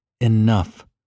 Enough